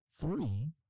Three